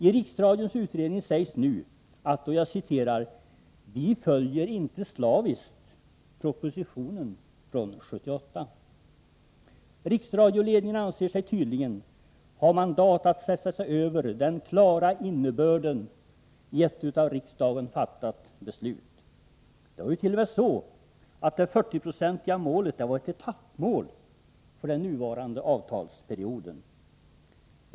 I Riksradions utredning sägs det nu: ”Vi följer inte slaviskt propositionen från 78.” Riksradioledningen anser sig tydligen ha mandat att sätta sig över den klara innebörden i ett av riksdagen fattat beslut. Det var ju t.o.m. så att det 40-procentiga målet var ett etappmål för den nuvarande avtalsperioden.